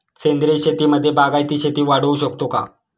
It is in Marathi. सेंद्रिय शेतीमध्ये बागायती शेती वाढवू शकतो का?